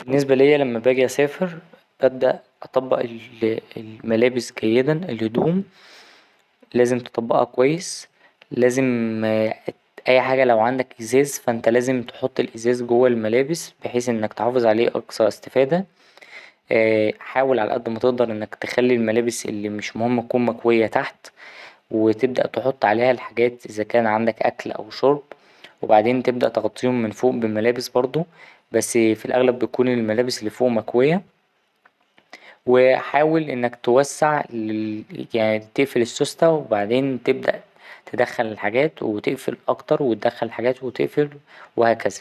بالنسبة ليا لما باجي أسافر ببدأ أطبق ال ـ الملابس جيدا الهدوم لازم تطبقها كويس لازم أي حاجة لو عندك أزاز فا أنت لازم تحط الإزاز جوا الملابس بحيث إنك تحافظ عليه أقصى إستفادة حاول على اد ما تقدر إنك تخلي الملابس اللي مش مهم تكون مكويه تحت وتبدأ تحط عليها الحاجات إذا كان عندك أكل أو شرب وبعدين تبدأ تغطيهم من فوق بملابس برضه بس في الأغلب بتكون الملابس اللي فوق مكويه وحاول إنك توسع يعني تقفل السوسته وبعدين تبدأ تدخل الحاجات وتقفل أكتر وتدخل حاجات وتقفل وهكذا.